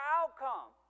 outcome